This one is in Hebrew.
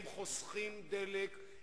הם חוסכים דלק,